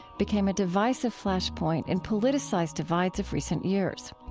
became a divisive flashpoint in politicized divides of recent years.